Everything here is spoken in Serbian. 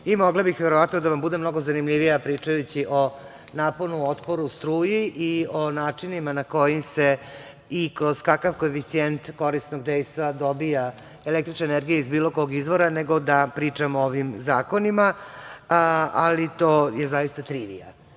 Mogla bih verovatno da vam budem mnogo zanimljivija pričajući o naponu, otporu, struji i o načinima na koji se i kroz kakav koeficijent korisnog dejstava dobija električna energija iz bilo kog izvora, nego da pričamo o ovim zakonima, ali to je zaista trivija. Ono